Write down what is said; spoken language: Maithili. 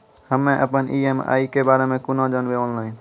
हम्मे अपन ई.एम.आई के बारे मे कूना जानबै, ऑनलाइन?